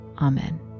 amen